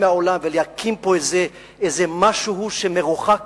מהעולם ולהקים פה איזה משהו שמרוחק